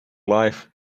life